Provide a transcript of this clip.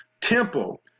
temple